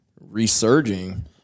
resurging